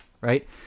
right